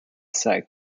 set